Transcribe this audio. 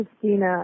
Christina